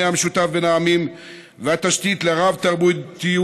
המשותף בין העמים והתשתית לרב-תרבותיות,